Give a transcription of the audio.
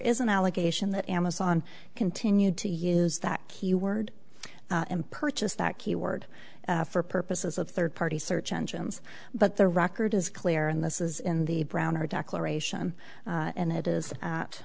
is an allegation that amazon continued to use that word and purchase that key word for purposes of third party search engines but the record is clear and this is in the browner declaration and it is at